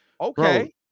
Okay